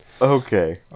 Okay